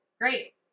Great